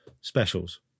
specials